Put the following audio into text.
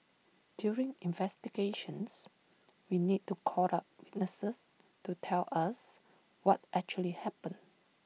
during investigations we need to call up witnesses to tell us what actually happened